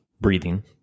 breathing